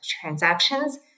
transactions